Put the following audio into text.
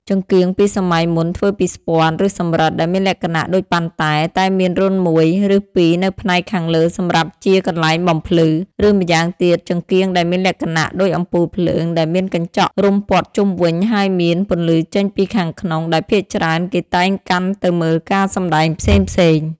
ចង្កៀងពីសម័យមុនធ្វើពីស្ពាន់ ឬសំរិទ្ធ ដែលមានលក្ខណៈដូចប៉ាន់តែ តែមានរន្ធមួយ ឬពីរនៅផ្នែកខាងលើសម្រាប់ជាកន្លែងបំភ្លឺ ឬម្យ៉ាងទៀតចង្កៀងដែលមានលក្ខណៈដូចអំពូលភ្លើងដែលមានកញ្ចក់រុំព័ទ្ធជុំវិញហើយមាន ពន្លឺចេញពីខាងក្នុងដែលភាគច្រើនគេតែងកាន់ទៅមើលការសម្តែងផ្សេងៗ។